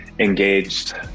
engaged